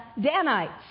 Danites